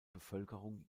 bevölkerung